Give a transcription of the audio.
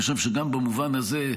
אני חושב שגם במובן הזה,